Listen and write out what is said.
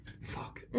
Fuck